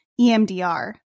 EMDR